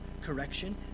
correction